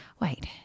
Wait